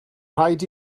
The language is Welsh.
rhaid